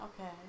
Okay